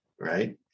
right